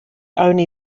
only